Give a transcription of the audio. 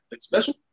special